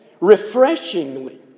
Refreshingly